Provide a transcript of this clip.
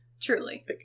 truly